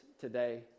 today